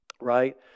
right